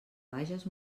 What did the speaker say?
bages